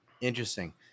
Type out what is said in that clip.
Interesting